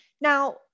Now